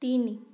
ତିନି